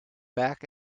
back